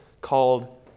called